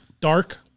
dark